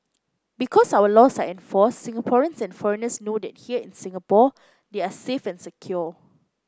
because our laws are enforced Singaporeans and foreigners know that here in Singapore they are safe and secure